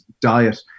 diet